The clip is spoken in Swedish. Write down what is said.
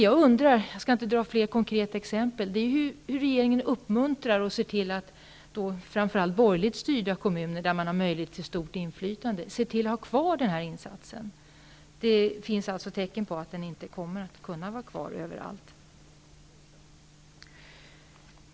Jag skall inte ta upp några fler konkreta exempel, men jag undrar hur regeringen uppmuntrar och skall se till att framför allt borgerligt styrda kommuner, där man har möjlighet till stort inflytande, skall kunna behålla konsumentvägledarfunktionen. Det finns tecken på att den inte kommer att finnas kvar överallt.